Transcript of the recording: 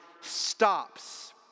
stops